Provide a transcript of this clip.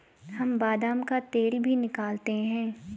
हम बादाम का तेल भी निकालते हैं